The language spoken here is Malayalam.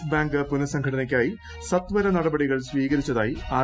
യെസ് ബാങ്ക് പുനസംഘടനയ്ക്കായി സത്വര നടപടികൾ സ്വീകരിച്ചതായി ആർ